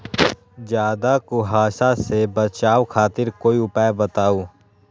ज्यादा कुहासा से बचाव खातिर कोई उपाय बताऊ?